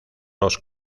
los